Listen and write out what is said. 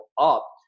up